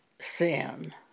sin